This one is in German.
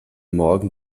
morgen